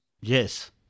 Yes